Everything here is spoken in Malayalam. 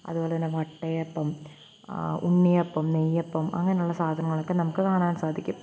അതുപോലെതന്നെ വട്ടയപ്പം ഉണ്ണിയപ്പം നെയ്യപ്പം അങ്ങനെയുള്ള സാധങ്ങളൊക്കെ നമുക്ക് കാണാൻ സാധിക്കും